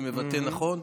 אני מבטא נכון?